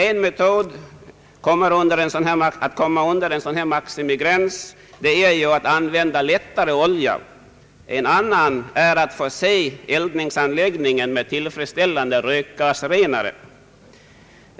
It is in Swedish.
En metod att komma under en sådan maximigräns är då att använda lättare olja, en annan är att förse sin eldningsanläggning med tillfredsställande rökgasrenare.